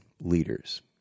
leaders